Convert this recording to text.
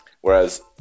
Whereas